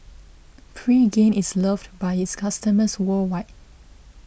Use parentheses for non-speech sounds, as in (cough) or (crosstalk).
(noise) Pregain is loved by its customers worldwide